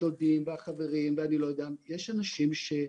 שרפרף של 30 סנטימטרים כדי להפוך את המיטה מ-1.5 מטרים ל-1.8 מטרים.